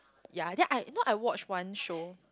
ya then I not I watch one show